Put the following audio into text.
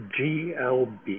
glb